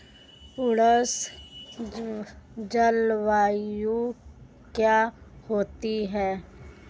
उष्ण जलवायु क्या होती है?